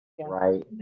right